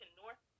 north